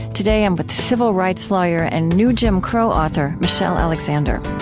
today i'm with the civil rights lawyer and new jim crow author michelle alexander